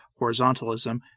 horizontalism